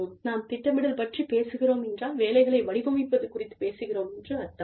நாம் திட்டமிடல் பற்றிப் பேசுகிறோம் என்றால் வேலைகளை வடிவமைப்பது குறித்துப் பேசுகிறோம் என்று அர்த்தம்